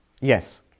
Yes